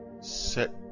set